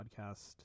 podcast